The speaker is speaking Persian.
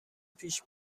پیش